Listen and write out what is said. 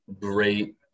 great